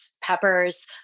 peppers